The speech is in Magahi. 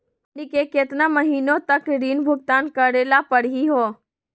हमनी के केतना महीनों तक ऋण भुगतान करेला परही हो?